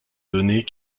données